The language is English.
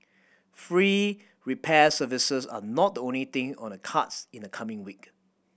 free repair services are not the only thing on the cards in the coming week